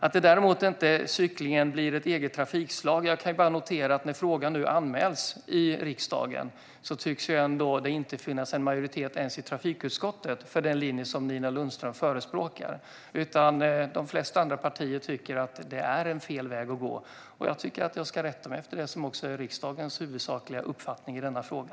När det gäller detta med att cyklingen inte blir ett eget trafikslag kan jag bara notera att när frågan nu är anmäld i riksdagen tycks det inte finnas majoritet ens i trafikutskottet för den linje som Nina Lundström förespråkar. De flesta andra partier tycker att det är fel väg att gå, och jag tycker att jag ska rätta mig efter det som också är riksdagens huvudsakliga uppfattning i denna fråga.